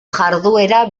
jarduera